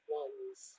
ones